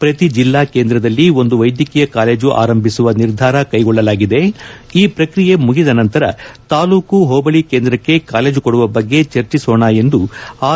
ಪ್ರತಿ ಜಿಲ್ಲಾ ಕೇಂದ್ರದಲ್ಲಿ ಒಂದು ವೈದ್ಯಕೀಯ ಕಾಲೇಜು ಆರಂಭಿಸುವ ನಿರ್ಧಾರ ಕೈಗೊಳ್ಳಲಾಗಿದೆ ಈ ಪ್ರಕ್ರಿಯೆ ಮುಗಿದ ನಂತರ ತಾಲ್ಲೂಕು ಹೋಬಳಿ ಕೇಂದ್ರಕ್ಕೆ ಕಾಲೇಜು ಕೊಡುವ ಬಗ್ಗೆ ಚರ್ಚಿಸೋಣ ಎಂದು ಆರ್